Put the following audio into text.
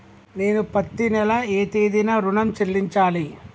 నేను పత్తి నెల ఏ తేదీనా ఋణం చెల్లించాలి?